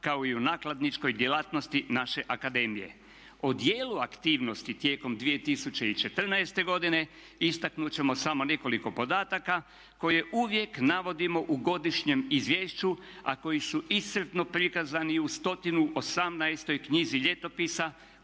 kao i u nakladničkoj djelatnosti naše akademije. O dijelu aktivnosti tijekom 2014. godine istaknut ćemo samo nekoliko podataka koje uvijek navodimo u godišnjem izvješću, a koji su iscrpno prikazani u 118. knjizi ljetopisa